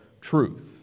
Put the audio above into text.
truth